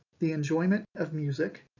the enjoyment of music,